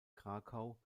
krakau